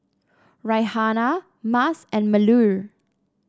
Raihana Mas and Melur